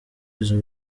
izo